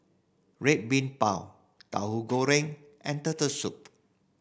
Red Bean Bao Tahu Goreng and Turtle Soup